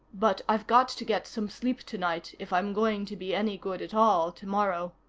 but i've got to get some sleep tonight, if i'm going to be any good at all tomorrow.